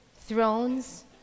thrones